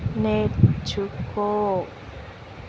నేర్చుకో